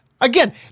Again